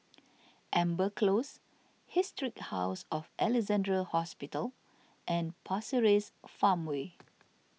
Amber Close Historic House of Alexandra Hospital and Pasir Ris Farmway